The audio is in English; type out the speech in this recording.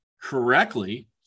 correctly